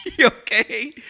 okay